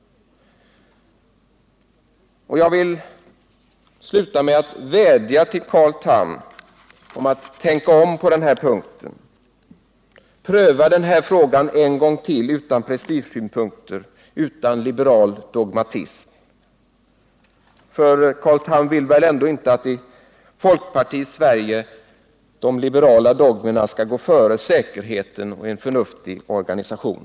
Jag vill sluta med att vädja till Carl Tham att tänka om på den här punkten. Pröva den här frågan en gång till utan prestigesynpunkter, utan liberal dogmatism! Carl Tham vill väl ändå inte att i folkpartiets Sverige de liberala dogmerna går före säkerheten och en förnuftig organisation?